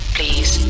Please